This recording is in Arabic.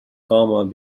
قام